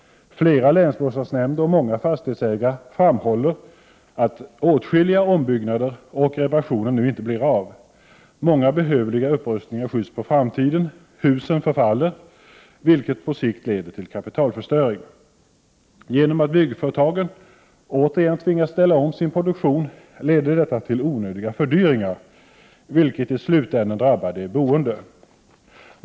— Flera länsbostadsnämnder och många fastighetsägare framhåller att åtskilliga ombyggnader och reparationer nu inte blir av. Många behövliga upprustningar skjuts på framtiden, husen förfaller, vilket på sikt leder till kapitalförstöring. — Genom att byggföretagen återigen tvingas ställa om sin produktion leder detta till onödiga fördyringar, vilket i slutändan drabbar de boende.